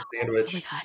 sandwich